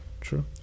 true